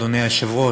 אדוני היושב-ראש,